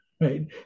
right